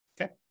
Okay